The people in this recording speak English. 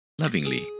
lovingly